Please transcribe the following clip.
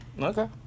Okay